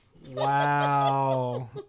Wow